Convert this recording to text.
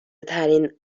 ترین